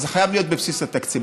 אז זה חייב להיות בבסיס התקציב.